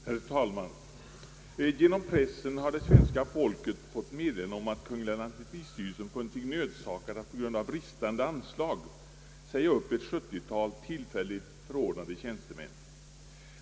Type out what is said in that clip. Herr talman! Genom pressen har det svenska folket fått meddelande om att kungl. lantmäteristyrelsen funnit sig nödsakad att på grund av bristande anslag säga upp ett sjuttiotal tillfälligt förordnade tjänstemän.